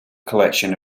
collection